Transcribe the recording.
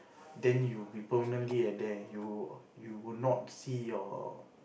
then you'll be permanently at there you you will not see your